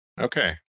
Okay